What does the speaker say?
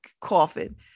coffin